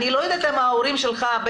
אני לא יודעת באיזה גיל ההורים שלך.